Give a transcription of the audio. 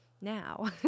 now